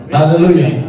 Hallelujah